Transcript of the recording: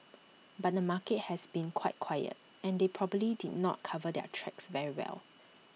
but the market has been quite quiet and they probably did not cover their tracks very well